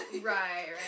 right